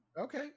okay